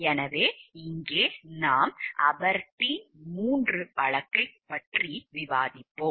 எனவே இங்கே நாம் அபெர்டீன் 3 வழக்கைப் பற்றி விவாதிப்போம்